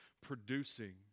producing